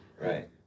Right